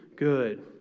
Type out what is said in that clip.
good